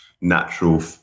natural